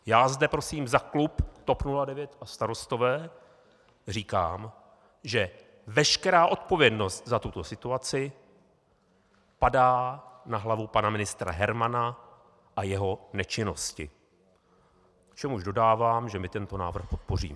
Já zde prosím za klub TOP 09 a Starostové říkám, že veškerá odpovědnost za tuto situaci padá na hlavu pana ministra Hermana a jeho nečinnost, k čemuž dodávám, že tento návrh podpoříme.